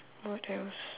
what else